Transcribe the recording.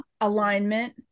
Alignment